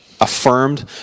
affirmed